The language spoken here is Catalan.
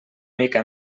mica